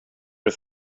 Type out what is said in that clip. det